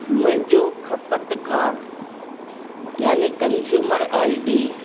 मुंहिंजो खपत कार याने कंज़यूमर आई डी